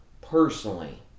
personally